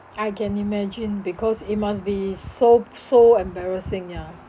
I can imagine because it must be so so embarrassing ya